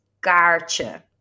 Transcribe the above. kaartje